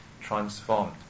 transformed